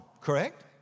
correct